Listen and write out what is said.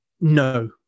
no